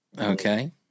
Okay